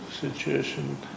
situation